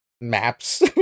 maps